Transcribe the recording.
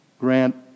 Grant